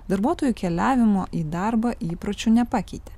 darbuotojų keliavimo į darbą įpročių nepakeitė